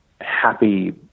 happy